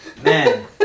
man